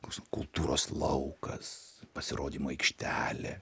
koks kultūros laukas pasirodymo aikštelė